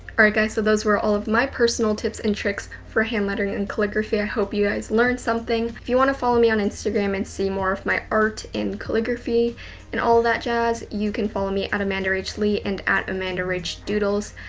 guys, so those were all of my personal tips and tricks for hand lettering and calligraphy. i hope you guys learned something. if you wanna follow me on instagram and see more of my art in calligraphy and all that jazz, you can follow me at amandarachlee and at amandarachdoodles.